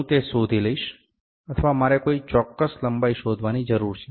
હુ તે શોધી લઇશ અથવા મારે કોઈ ચોક્કસ લંબાઈ શોધવાની જરૂર છે